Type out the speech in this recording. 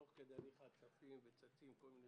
תוך כדי הליכה צצים כל מיני